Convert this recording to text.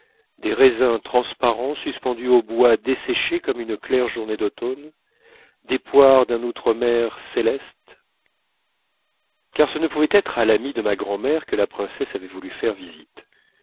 ces raisins transparents suspendus au bois desséché comme une claire journée d'automne ces poires d'un outremer céleste car ce ne pouvait être à l'amie de ma grand'mère que la princesse avait voulu faire visite